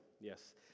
yes